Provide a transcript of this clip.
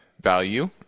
value